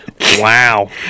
Wow